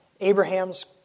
Abraham's